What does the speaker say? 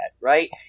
right